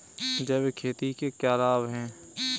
जैविक खेती के क्या लाभ हैं?